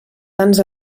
tants